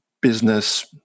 business